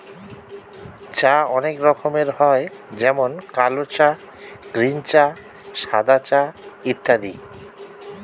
চা অনেক রকমের হয় যেমন কালো চা, গ্রীন চা, সাদা চা ইত্যাদি